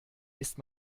ist